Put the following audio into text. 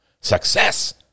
Success